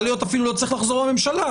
אפילו לא צריך לחזור לממשלה,